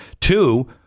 Two